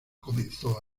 comenzó